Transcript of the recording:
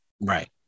right